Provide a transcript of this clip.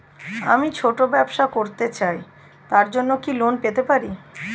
আমি ছোট ব্যবসা করতে চাই তার জন্য কি লোন পেতে পারি?